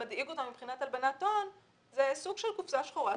כל מה שמדאיג אותנו מבחינת הלבנת הון זה סוג של קופסה שחורה.